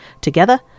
Together